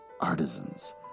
artisans